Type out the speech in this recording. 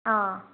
ꯑꯥ